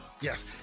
Yes